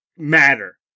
matter